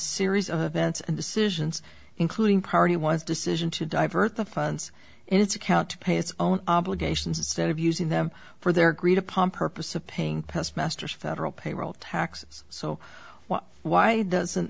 series of events and decisions including party ones decision to divert the funds in its account to pay its own obligations instead of using them for their agreed upon purpose of paying past masters federal payroll taxes so well why doesn't